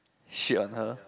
sure a not